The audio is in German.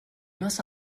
masse